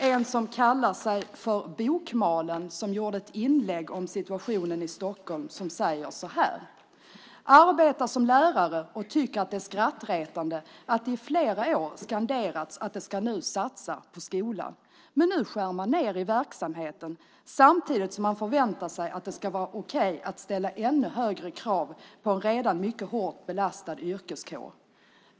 En som kallar sig för bokmalen, som gjorde ett inlägg om situationen i Stockholm, säger så här: Arbeta som lärare och tycka att det är skrattretande att det flera år har skanderats att det nu ska satsas på skolan. Men nu skär man ned i verksamheten samtidigt som man förväntar sig att det ska vara okej att ställa ännu högre krav på en redan hårt belastad yrkeskår.